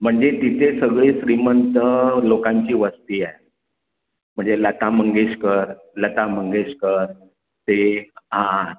म्हणजे तिथे सगळी श्रीमंत लोकांची वस्ती आहे म्हणजे लता मंगेशकर लता मंगेशकर ते हां